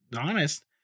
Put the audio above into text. honest